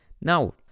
Now